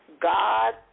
God